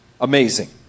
Amazing